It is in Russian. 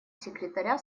секретаря